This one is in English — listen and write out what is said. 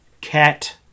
Cat